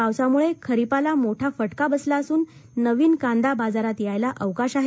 पावसामुळे खरिपाला मोठा फटका बसला असून नवीन कांदा बाजारात यायला अवकाश आहे